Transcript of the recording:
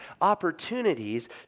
opportunities